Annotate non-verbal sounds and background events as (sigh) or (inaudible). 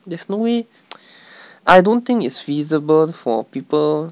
there's no way (noise) (breath) I don't think it's feasible for people